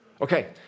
Okay